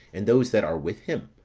and those that are with him,